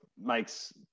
makes